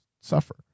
suffer